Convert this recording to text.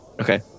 okay